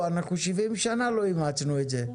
אנחנו 70 שנה לא אימצנו את זה,